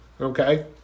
Okay